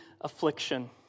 affliction